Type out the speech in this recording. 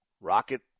Rocket